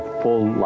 full